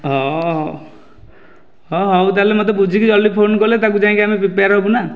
ହଁ ହଁ ହେଉ ତା'ହେଲେ ମୋତେ ବୁଝିକି ଜଲ୍ଦି ଫୋନ କଲେ ତାକୁ ଯାଇକି ଆମେ ପ୍ରିପେୟାର ହେବୁ ନା